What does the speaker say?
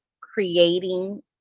creating